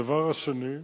הדבר השני,